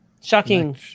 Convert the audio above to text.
Shocking